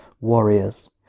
warriors